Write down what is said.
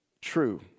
true